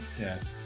Yes